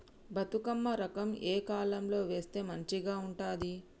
బతుకమ్మ రకం ఏ కాలం లో వేస్తే మంచిగా ఉంటది?